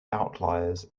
outliers